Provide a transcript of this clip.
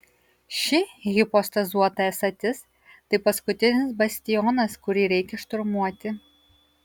ši hipostazuota esatis tai paskutinis bastionas kurį reikia šturmuoti